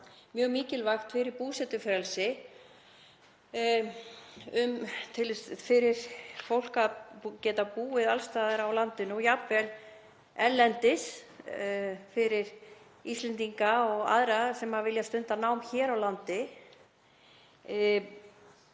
mjög mikilvægt fyrir búsetufrelsi, að fólk geti búið alls staðar á landinu og jafnvel erlendis, fyrir Íslendinga og aðra sem vilja stunda nám hér á landi.